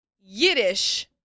Yiddish